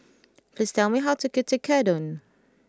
please tell me how to cook Tekkadon